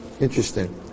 Interesting